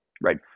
right